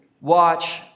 watch